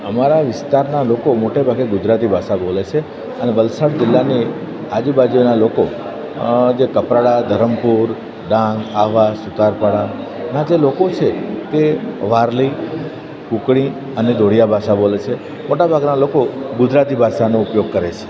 અમારા વિસ્તારના લોકો મોટે ભાગે ગુજરાતી ભાષા બોલે છે અને વલસાડ જિલ્લાની આજુબાજુના લોકો જે કપરાળા ધરમપુર ડાંગ આહવા સુતારપરા નાં જે લોકો છે તે વારલી કુકણી અને દોરીયા ભાષા બોલે છે મોટાભાગના લોકો ગુજરાતી ભાષાનો ઉપયોગ કરે છે